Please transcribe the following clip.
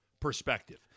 perspective